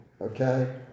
okay